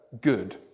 good